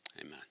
Amen